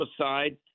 aside